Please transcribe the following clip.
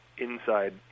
inside